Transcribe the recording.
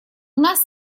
нас